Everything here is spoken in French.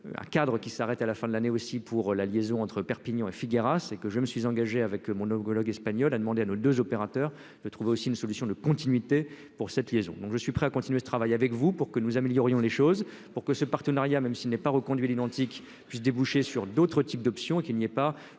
à Khadr qui s'arrête à la fin de l'année aussi pour la liaison entre Perpignan et Figueras et que je me suis engagé avec mon homologue espagnol a demandé à nos 2 opérateurs de trouver aussi une solution de continuité pour cette liaison, donc je suis prêt à continuer de travailler avec vous pour que nous améliorions les choses pour que ce partenariat, même s'il n'est pas reconduit à l'identique, puisse déboucher sur d'autres types d'options qui n'est pas